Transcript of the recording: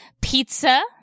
Pizza